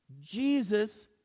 Jesus